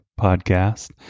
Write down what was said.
podcast